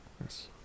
Yes